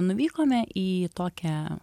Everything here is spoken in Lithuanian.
nuvykome į tokią